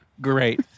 great